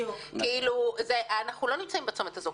אנחנו לא נמצאים בצומת הזה.